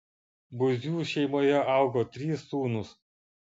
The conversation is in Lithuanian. buzių šeimoje augo trys sūnūs